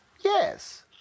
Yes